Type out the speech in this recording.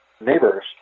neighbors